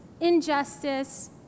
injustice